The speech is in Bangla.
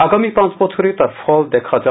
আগামী পাঁচ বছরে তার ফল দেখা যাবে